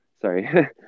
Sorry